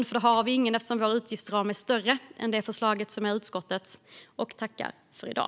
Vi har nämligen ingen reservation, eftersom vår utgiftsram är större än utskottets förslag.